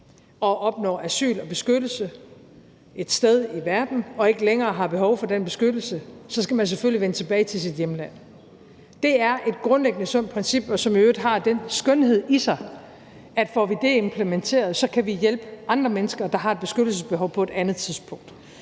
har opnået asyl og beskyttelse et sted i verden og ikke længere har behov for den beskyttelse, skal man selvfølgelig vende tilbage til sit hjemland. Det er et grundlæggende sundt princip, som i øvrigt har den skønhed i sig, at får vi det implementeret, kan vi hjælpe andre mennesker, der har et beskyttelsesbehov, på et andet tidspunkt.